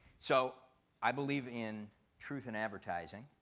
so i believe in truth in advertising,